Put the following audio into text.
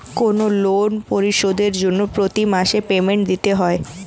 কোনো লোন পরিশোধের জন্য প্রতি মাসে পেমেন্ট দিতে হয়